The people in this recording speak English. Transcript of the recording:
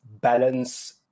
balance